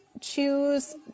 choose